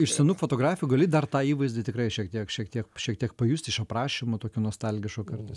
iš senų fotografijų gali dar tą įvaizdį tikrai šiek tiek šiek tiek šiek tiek pajust iš aprašymų tokių nostalgiškų kartais